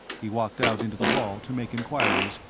he walked out into the hall to make enquiries,